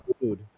food